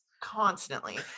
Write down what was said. constantly